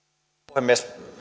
puhemies